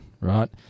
right